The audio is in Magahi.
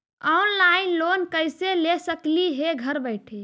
ऑनलाइन लोन कैसे ले सकली हे घर बैठे?